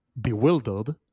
bewildered